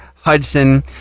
hudson